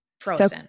Frozen